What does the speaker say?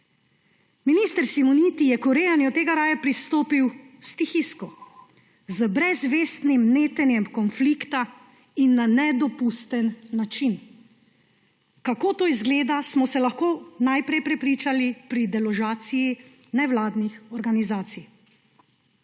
Minister Simoniti je k urejanju tega raje pristopil stihijsko, z brezvestnim netenjem konflikta in na nedopusten način. Kako to izgleda, smo se lahko najprej prepričali pri deložaciji nevladnih organizacij.